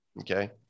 Okay